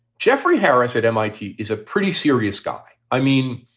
jeffrey harris at m i t. is a pretty serious guy. i mean,